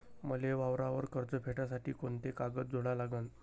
मले वावरावर कर्ज भेटासाठी कोंते कागद जोडा लागन?